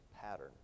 Pattern